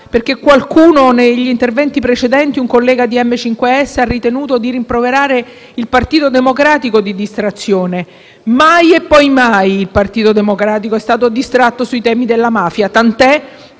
perché negli interventi precedenti un collega del MoVimento 5 Stelle ha ritenuto di rimproverare il Partito Democratico di distrazione: mai e poi mai il Partito Democratico è stato distratto sui temi della mafia, tant'è